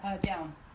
down